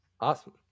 awesome